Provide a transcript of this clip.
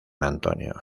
antonio